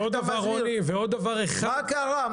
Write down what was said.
מה קרה?